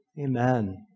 Amen